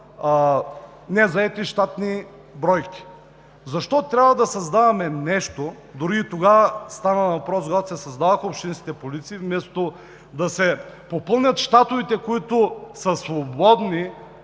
незаети щатни бройки. Защо трябва да създаваме нещо – дори и тогава стана въпрос, когато се създаваха общинските полиции – вместо да се попълнят щатовете, които са свободни?